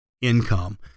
income